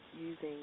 using